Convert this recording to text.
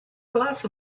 glass